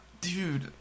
Dude